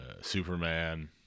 Superman